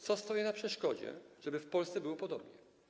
Co stoi na przeszkodzie, żeby w Polsce było podobnie?